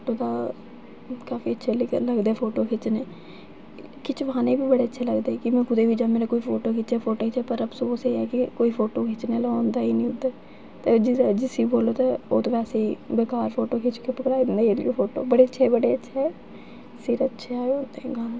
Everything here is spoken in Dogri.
ते काफी अच्छा लगदा फोटो खिच्चना खिचवाना बी काफी अच्छा लगदा ते मेरे बी कोई फोटो खिच्चै पर कोई फोटो खिच्चने आह्ला होंदा गै नीं ते जिसी बोल्लो ते ओह् बोकार फोटो खिचदा पर आखदे बड़े अच्छे बड़े अच्छे पर सिर मोए अच्छे